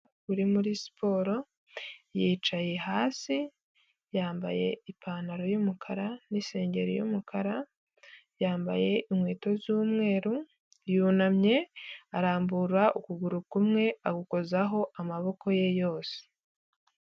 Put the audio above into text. Uri muri siporo, yicaye hasi, yambaye ipantaro y’umukara n’isengeri y’umukara, yambaye inkweto z'umweru, yunamye arambura ukuguru kumwe agukozaho amaboko ye yose.